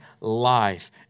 life